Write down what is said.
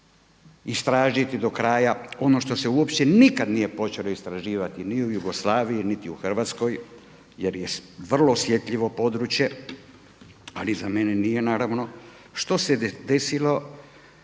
istražiti do kraja ono što se uopće nikad nije počelo istraživati niti u Jugoslaviji, niti u Hrvatskoj jer je vrlo osjetljivo područje. Ali za mene nije naravno. Što se desilo